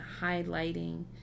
highlighting